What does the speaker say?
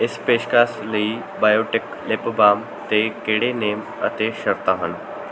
ਇਸ ਪੇਸ਼ਕਸ਼ ਲਈ ਬਾਇਓਟਿਕ ਲਿਪ ਬਾਮ 'ਤੇ ਕਿਹੜੇ ਨਿਯਮ ਅਤੇ ਸ਼ਰਤਾਂ ਹਨ